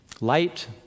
Light